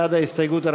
בעד ההסתייגות,